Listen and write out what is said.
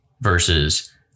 Versus